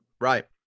Right